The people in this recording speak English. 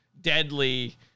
deadly